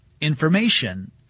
information